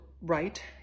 right